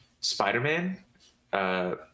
Spider-Man